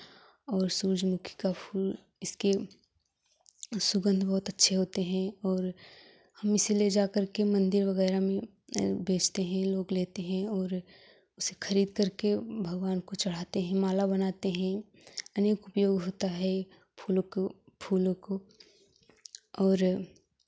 और सूरजमुखी का फूल है इसके सुगंध बहुत अच्छे होते हैं और हम इसे ले जाकर के मंदिर वगैरह में बेचते हैं लोग लेते हैं और उसे खरीद करके भगवान को चढ़ाते हैं माला बनाते हैं अनेक उपयोग होता है फूलों को फूलों को और